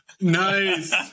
Nice